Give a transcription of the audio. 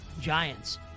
Giants